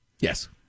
Yes